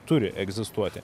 turi egzistuoti